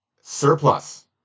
surplus